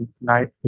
night